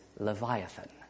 Leviathan